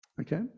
okay